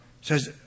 says